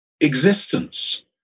existence